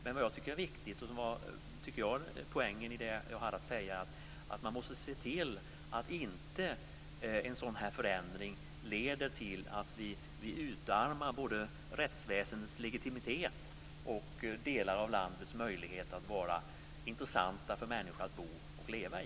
Men vad jag tycker är viktigt, och vad som var poängen i det jag hade att säga, är att man måste se till att en sådan här förändring inte leder till att vi utarmar både rättsväsendets legitimitet och delar av landets möjligheter att vara intressanta för människor att bo och leva i.